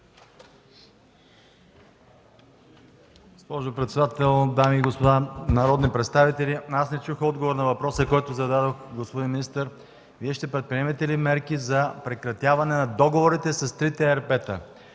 Госпожо председател, дами и господа народни представители! Аз не чух отговор на въпроса, който зададох, господин министър – Вие ще предприемете ли мерки за прекратяване на договорите с трите